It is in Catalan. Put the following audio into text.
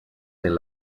sent